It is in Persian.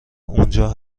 اونجا